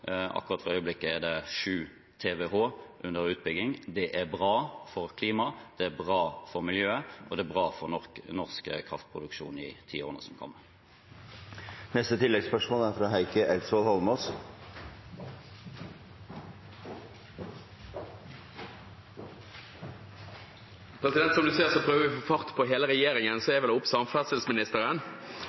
Akkurat for øyeblikket er det 7 TWh under utbygging. Det er bra for klimaet, det er bra for miljøet, og det er bra for norsk kraftproduksjon i tiårene som kommer. Heikki Eidsvoll Holmås – til oppfølgingsspørsmål. President, som du ser, så prøver vi å få fart på hele regjeringen, så jeg vil ha opp samferdselsministeren.